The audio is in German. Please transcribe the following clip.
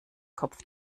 kopf